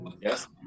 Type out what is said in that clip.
yes